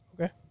Okay